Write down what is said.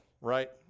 right